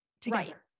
together